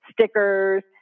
stickers